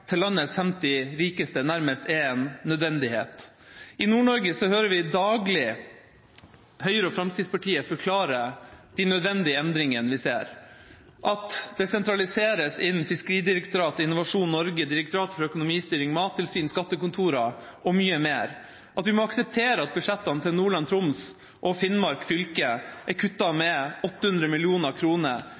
nødvendighet. I Nord-Norge hører vi daglig Høyre og Fremskrittspartiet forklare de nødvendige endringene vi ser: at det sentraliseres innen Fiskeridirektoratet, Innovasjon Norge, Direktoratet for økonomistyring, Mattilsynet, skattekontorene og mye mer, og at vi må akseptere at budsjettene i Nordland, Troms og Finnmark fylker er kuttet med 800